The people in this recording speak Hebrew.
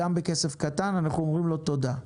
גם בכסף קטן אנחנו אומרים לו תודה.